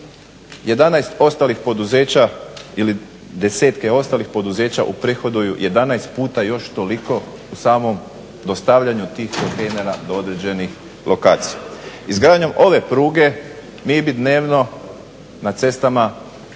11 ostalih poduzeća ili desetke ostalih poduzeća uprihoduju 11 puta još toliko u samom dostavljanju tih kontejnera do određenih lokacija. Izgradnjom ove pruge mi bi dnevno na cestama